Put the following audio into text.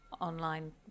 Online